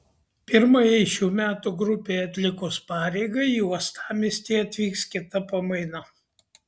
pirmajai šių metų grupei atlikus pareigą į uostamiestį atvyks kita pamaina